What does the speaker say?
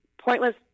Pointless